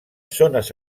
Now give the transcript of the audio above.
zones